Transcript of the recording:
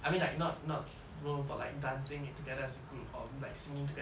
I mean like not not known for like dancing together as a group or singing together as a group